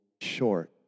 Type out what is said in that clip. short